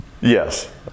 Yes